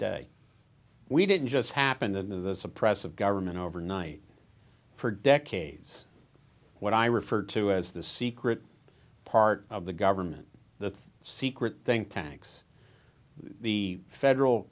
day we didn't just happen in this oppressive government overnight for decades what i refer to as the secret part of the government the secret think tanks the federal